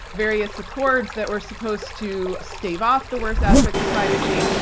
various accords that were supposed to stave off the worst aspects of climate change.